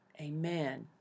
Amen